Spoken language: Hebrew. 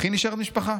אך היא נשארת משפחה.